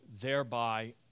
thereby